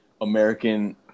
American